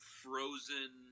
frozen